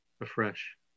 afresh